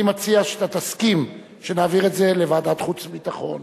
אני מציע שאתה תסכים שנעביר את זה לוועדת החוץ והביטחון,